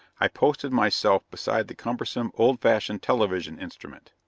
i posted myself beside the cumbersome, old-fashioned television instrument.